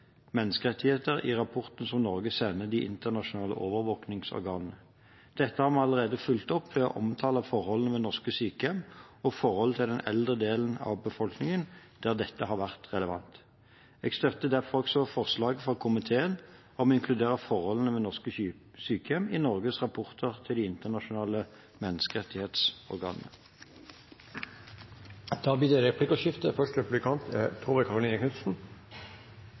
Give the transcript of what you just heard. menneskerettigheter i rapporten som Norge sender de internasjonale overvåkingsorganene. Dette har vi allerede fulgt opp ved å omtale forholdene ved norske sykehjem og forholdene til den eldre delen av befolkningen, der dette har vært relevant. Jeg støtter derfor forslaget fra komiteen om å inkludere forholdene ved norske sykehjem i Norges rapporter til de internasjonale menneskerettighetsorganene. Det blir replikkordskifte.